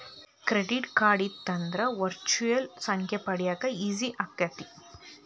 Credit card ಇತ್ತಂದ್ರ virtual ಸಂಖ್ಯೆ ಪಡ್ಯಾಕ ಈಜಿ ಆಗತ್ತ?